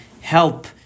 help